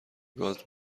گاز